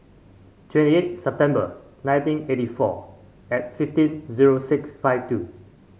twenty eight September nineteen eighty four and fifteen zero six five two